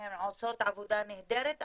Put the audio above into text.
הן עושות עבודה נהדרת,